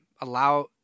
allow